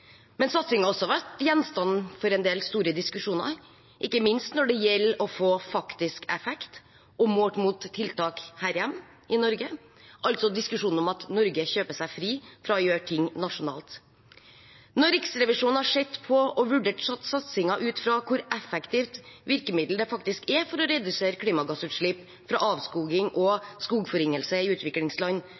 Men satsingen har også vært gjenstand for en del store diskusjoner, ikke minst når det gjelder å få faktisk effekt, og målt mot tiltak her hjemme i Norge – altså diskusjonen om at Norge kjøper seg fri fra å gjøre ting nasjonalt. Når Riksrevisjonen har sett på og vurdert satsingen ut fra hvor effektivt virkemiddelet faktisk er for å redusere klimagassutslipp som følge av avskoging og skogforringelse i utviklingsland,